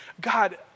God